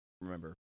remember